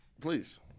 please